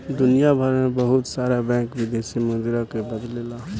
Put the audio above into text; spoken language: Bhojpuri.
दुनियभर में बहुत सारा बैंक विदेशी मुद्रा के बदलेला